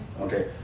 Okay